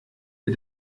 dir